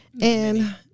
And-